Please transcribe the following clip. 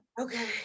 Okay